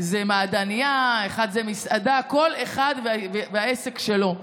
זה מעדנייה, אחד, זה מסעדה, כל אחד והעסק שלו.